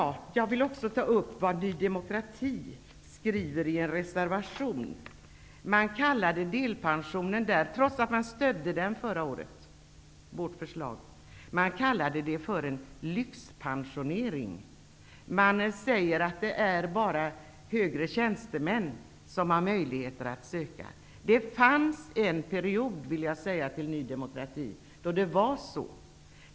Jag vill också kommentera något som Ny demokrati tar upp i en reservation. Trots att man stödde vårt förslag förra året, kallar man delpensionen för en lyxpensionering. Man säger att det bara är högre tjänstemän som har möjligheter att söka. Det fanns en period då det var så.